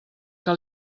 que